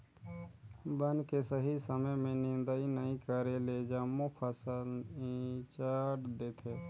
बन के सही समय में निदंई नई करेले जम्मो फसल ईचंट देथे